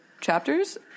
chapters